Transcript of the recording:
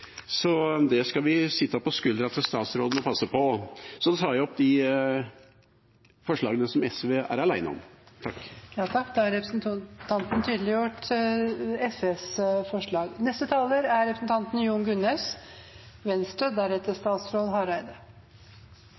Det skal vi sitte på skuldrene til statsråden og passe på. Jeg tar opp de forslagene som SV er alene om. Da har